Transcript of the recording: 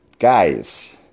Guys